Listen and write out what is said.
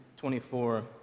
24